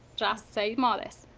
just say modess.